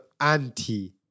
anti-